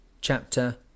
Chapter